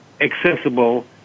accessible